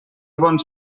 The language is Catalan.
bons